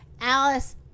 Alice